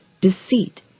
deceit